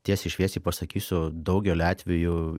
tiesiai šviesiai pasakysiu daugeliu atvejų